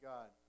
God